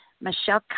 Michelle